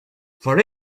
for